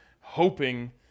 hoping –